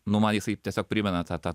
nu man jisai tiesiog primena tą tą